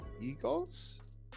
eagles